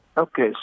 Okay